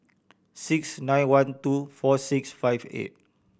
six nine one two four six five eight